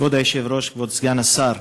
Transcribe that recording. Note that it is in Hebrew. כבוד היושב-ראש, כבוד סגן השר,